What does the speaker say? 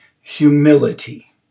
humility